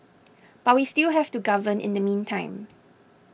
but we still have to govern in the meantime